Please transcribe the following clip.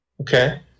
Okay